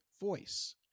voice